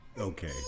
Okay